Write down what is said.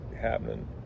happening